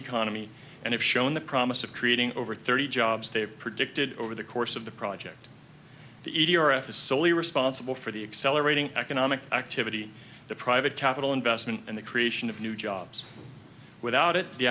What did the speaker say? economy and if shown the promise of creating over thirty jobs they predicted over the course of the project is solely responsible for the accelerating economic activity the private capital investment and the creation of new jobs without it the